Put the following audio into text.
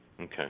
Okay